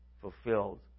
fulfilled